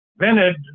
invented